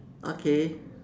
okay